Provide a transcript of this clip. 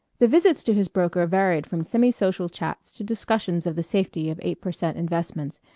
the visits to his broker varied from semi-social chats to discussions of the safety of eight per cent investments,